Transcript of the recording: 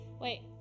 Wait